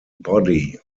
body